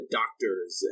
doctors